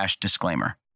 disclaimer